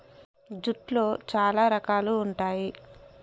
జూట్లో చాలా రకాలు ఉంటాయి